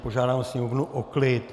Požádám sněmovnu o klid!